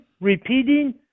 repeating